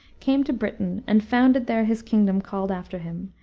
came to britain, and founded there his kingdom called after him,